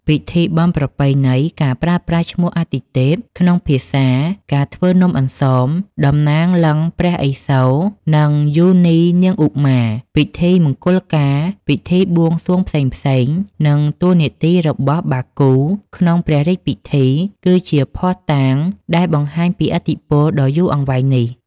ពិធីបុណ្យប្រពៃណី ការប្រើប្រាស់ឈ្មោះអាទិទេពក្នុងភាសា ការធ្វើនំអន្សម តំណាងលិង្គព្រះឥសូរ និងយោនីនាងឧមា ពិធីមង្គលការ ពិធីបួងសួងផ្សេងៗ និងតួនាទីរបស់ បាគូ ក្នុងព្រះរាជពិធី គឺជាភស្តុតាងដែលបង្ហាញពីឥទ្ធិពលដ៏យូរអង្វែងនេះ។